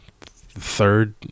third